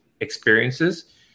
experiences